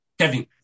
Kevin